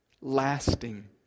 Lasting